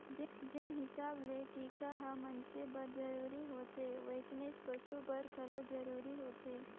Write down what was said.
जेन हिसाब ले टिका हर मइनसे बर जरूरी होथे वइसनेच पसु बर घलो जरूरी होथे